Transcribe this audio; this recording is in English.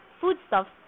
foodstuffs